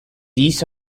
east